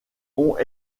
ont